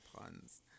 puns